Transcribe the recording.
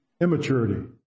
immaturity